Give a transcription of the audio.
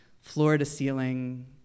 floor-to-ceiling